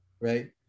right